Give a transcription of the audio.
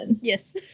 yes